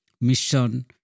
mission